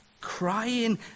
Crying